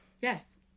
Yes